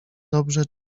dobrze